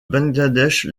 bangladesh